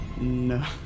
No